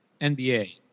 NBA